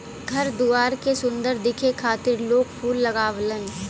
घर दुआर के सुंदर दिखे खातिर लोग फूल लगावलन